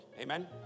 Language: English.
Amen